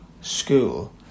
school